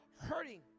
hurting